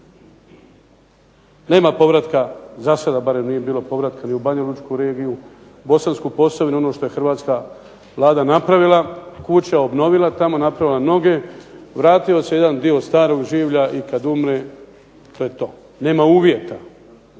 Nema povratka, za sada barem nije bilo povratka ni u Banjalučku regiju, Bosansku posavinu, ono što je hrvatska Vlada napravila, kuće obnovila tamo, napravila mnoge vratio se jedan dio starog življa i kad umre to je to. Nema uvjeta,